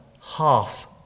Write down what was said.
half